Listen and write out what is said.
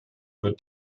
wird